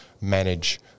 manage